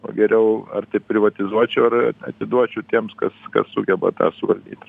o geriau ar tai privatizuočiau ar atiduočiau tiems kas kas sugeba tą suvaldyt